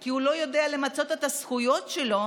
כי הוא לא יודע למצות את הזכויות שלו,